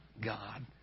God